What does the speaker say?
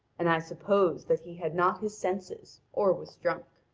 and i supposed that he had not his senses or was drunk.